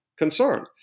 concern